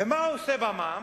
ומה הוא עושה במע"מ?